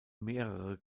mehrere